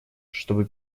чтобы